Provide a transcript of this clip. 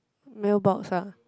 mail box ah